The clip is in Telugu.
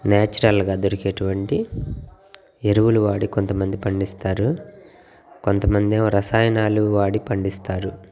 నేచరల్గా దొరికే అటువంటి ఎరువులు వాడి కొంత మంది పండిస్తారు కొంతమంది ఏమో రసాయినాలు వాడి పండిస్తారు